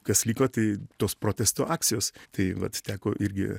kas liko tai tos protesto akcijos tai vat teko irgi